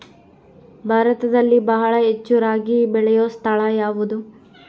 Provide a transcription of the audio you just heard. ಭಾರತದಲ್ಲಿ ಬಹಳ ಹೆಚ್ಚು ರಾಗಿ ಬೆಳೆಯೋ ಸ್ಥಳ ಯಾವುದು?